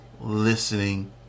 listening